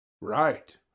Right